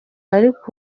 ariko